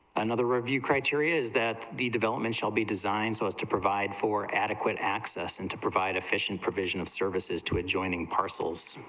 another review criteria is that the development shelby designs was to provide for adequate access and to provide efficient provision of services to adjoining parcels,